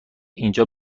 اینجا